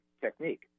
technique